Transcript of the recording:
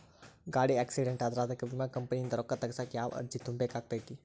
ಗಾಡಿ ಆಕ್ಸಿಡೆಂಟ್ ಆದ್ರ ಅದಕ ವಿಮಾ ಕಂಪನಿಯಿಂದ್ ರೊಕ್ಕಾ ತಗಸಾಕ್ ಯಾವ ಅರ್ಜಿ ತುಂಬೇಕ ಆಗತೈತಿ?